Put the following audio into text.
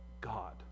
God